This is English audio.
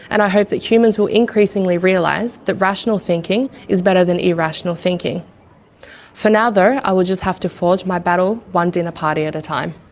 and i hope that humans will increasingly realize that rational thinking is better than irrational for now though, i will just have to forge my battle one dinner party at a time.